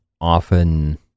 often